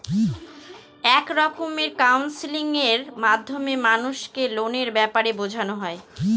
এক রকমের কাউন্সেলিং এর মাধ্যমে মানুষকে লোনের ব্যাপারে বোঝানো হয়